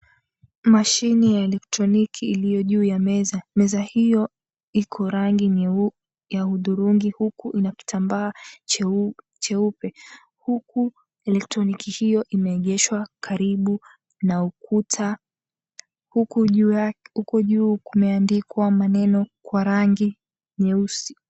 Mashini ya elektroniki iliyo juu ya meza. Meza hiyo iko rangi ya hudhurungi huku ina kitambaa cheupe, huku elektroniki hiyo imeegeshwa karibu na ukuta. Huku juu kumeandikwa maneno kwa rangi nyeusi.